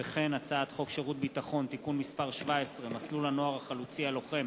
הצעת חוק שירות ביטחון (תיקון מס' 17) (מסלול הנוער החלוצי הלוחם),